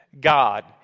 God